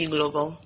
Global